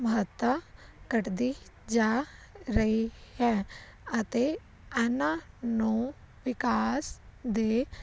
ਮਹੱਤਤਾ ਘੱਟਦੀ ਜਾ ਰਹੀ ਹੈ ਅਤੇ ਇਹਨਾਂ ਨੂੰ ਵਿਕਾਸ ਦੇ